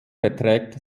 beträgt